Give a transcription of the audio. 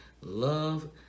love